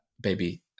baby